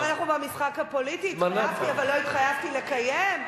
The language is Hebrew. עכשיו אנחנו במשחק הפוליטי "התחייבתי אבל לא התחייבתי לקיים"?